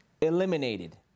eliminated